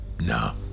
No